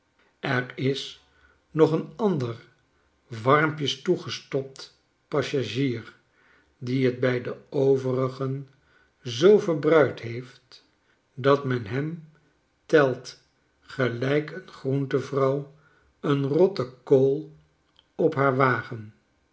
er is nog een ander warmpjes toegestopt passagier die t bij de overigen zoo verbruid heeft dat men hem telt gelijk een groentevrouw een rotte kool op haar wagen